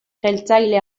jeltzale